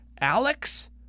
Alex